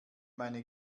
meine